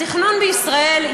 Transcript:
התכנון בישראל,